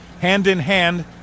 hand-in-hand